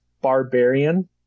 Barbarian